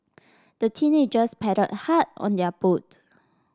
the teenagers paddled hard on their boat